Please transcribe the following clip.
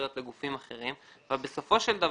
שאני מבין שזה הולך ליציבות פיננסית, כל שאר